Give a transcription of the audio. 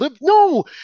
No